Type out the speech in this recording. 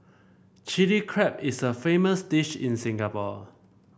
Chilli Crab is a famous dish in Singapore